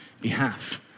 behalf